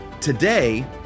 today